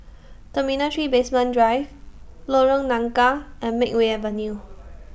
Terminal three Basement Drive Lorong Nangka and Makeway Avenue